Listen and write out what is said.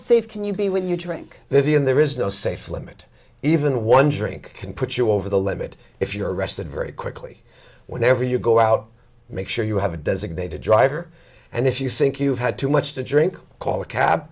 safe can you be when you drink that in there is no safe limit even one drink can put you over the limit if you're arrested very quickly whenever you go out make sure you have a designated driver and if you think you've had too much to drink call a cab